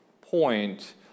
point